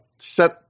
set –